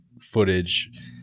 footage